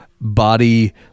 body